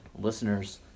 listeners